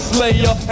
Slayer